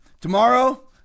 tomorrow